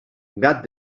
gat